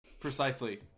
Precisely